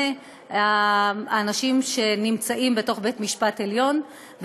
האנשים שנמצאים בתוך בית משפט עליון,